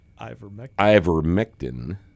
Ivermectin